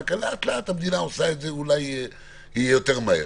רק לאט לאט המדינה עושה את זה אולי יותר מהר.